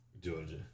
Georgia